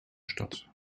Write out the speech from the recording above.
stadt